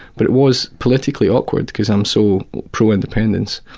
but it was politically awkward, cause i'm so pro-independence.